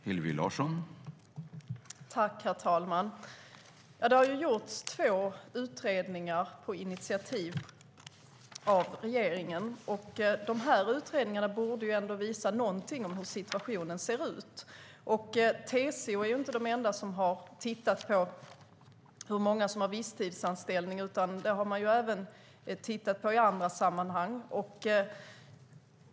Herr talman! Det har gjorts två utredningar på initiativ av regeringen. De utredningarna borde ändå visa någonting om hur situationen ser ut. TCO är inte de enda som har tittat på hur många som har visstidsanställning. Det har man även tittat på i andra sammanhang.